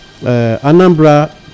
Anambra